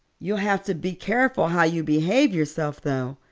you'll have to be careful how you behave yourself, though.